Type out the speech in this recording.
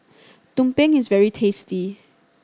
tumpeng is very tasty